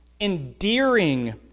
Endearing